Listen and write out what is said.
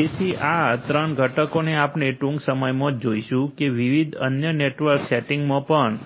તેથી આ 3 ઘટકોને આપણે ટૂંક સમયમાં જ જોઈશું કે વિવિધ અન્ય નેટવર્ક સેટિંગ્સમાં પણ